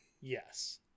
Yes